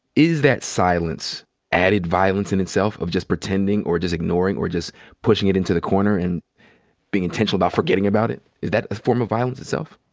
is that silence added violence in itself, of just pretending, or just ignoring, or just pushing it into the corner and being intentional about forgetting about it? is that a form of violence itself?